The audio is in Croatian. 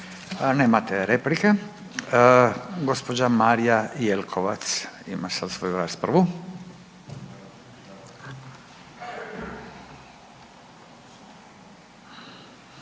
Nemate replike. Gospođa Marija Jeklovac ima sad svoju raspravu.